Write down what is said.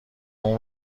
اون